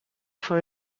for